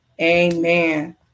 Amen